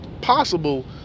possible